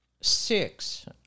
six